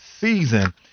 season